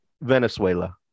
Venezuela